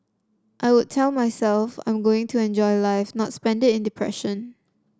I would tell myself that I'm going to enjoy life not spend it in depression